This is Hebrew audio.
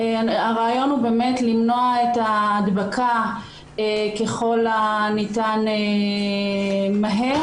הרעיון הוא למנוע את ההדבקה ככל הניתן מהר